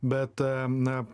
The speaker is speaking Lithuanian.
bet na